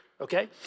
okay